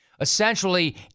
Essentially